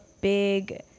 big